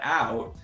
out